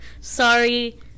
Sorry